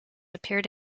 appeared